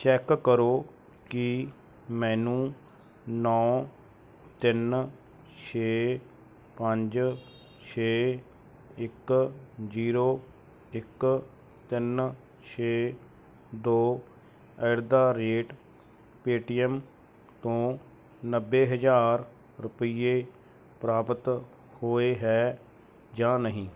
check ਕਰੋ ਕਿ ਮੈਨੂੰ ਨੌਂ ਤਿੰਨ ਛੇ ਪੰਜ ਛੇ ਇੱਕ ਜੀਰੋ ਇੱਕ ਤਿੰਨ ਛੇ ਦੋ ਐਟ ਦਾ ਰੇਟ ਪੇਟੀਐਮ ਤੋਂ ਨੱਬੇ ਹਜ਼ਾਰ ਰੁਪਏ ਪ੍ਰਾਪਤ ਹੋਏ ਹੈ ਜਾਂ ਨਹੀਂ